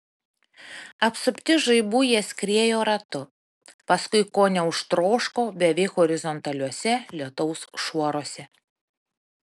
apsupti žaibų jie skriejo ratu paskui ko neužtroško beveik horizontaliuose lietaus šuoruose